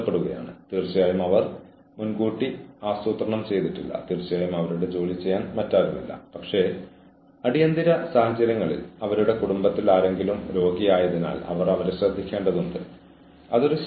ജോലിക്കാരന് അവളുടെയോ അവന്റെയോ കഥയുടെ വശം അവതരിപ്പിക്കാൻ മതിയായ അവസരം നൽകുക ജോലിക്കാരൻ അവൾ അല്ലെങ്കിൽ അവൻ എന്തു ചെയ്തുവെന്ന് നിങ്ങളോട് വിശദീകരിക്കാൻ മതിയായ അവസരം ജീവനക്കാരന് നൽകുക